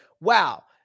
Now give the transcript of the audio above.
wow